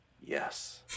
Yes